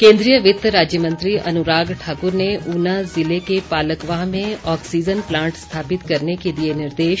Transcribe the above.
केन्द्रीय वित्त राज्य मंत्री अनुराग ठाकुर ने ऊना ज़िले के पालकवाह में ऑक्सीज़न प्लांट स्थापित करने के दिए निर्देश